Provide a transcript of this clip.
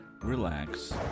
relax